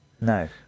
No